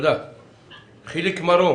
חיליק מרום